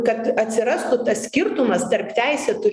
kad atsirastų tas skirtumas tarp teisėtų